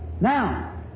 Now